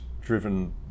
driven